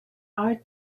are